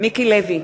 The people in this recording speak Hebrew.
מיקי לוי,